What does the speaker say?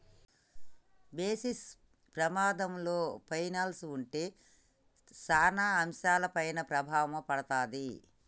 basis పమాధంలో పైనల్స్ ఉంటే సాన అంశాలపైన ప్రభావం పడతాది